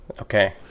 Okay